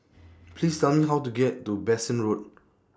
Please Tell Me How to get to Bassein Road